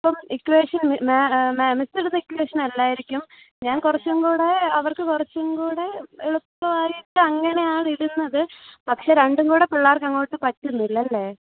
ഇപ്പം equation miss ഇടുന്ന equation അല്ലായിരിക്കും ഞാൻ കുറച്ചുംകൂടെ അവർക്ക് കുറച്ചുംകൂടെ എളുപ്പമായിട്ട് അങ്ങനെയാണ് ഇടുന്നത് പക്ഷെ രണ്ടുംകൂടെ പിള്ളേർക്ക് അങ്ങോട്ട് പറ്റുന്നില്ല അല്ലേ